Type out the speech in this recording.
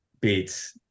beats